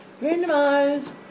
randomize